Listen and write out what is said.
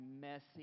messy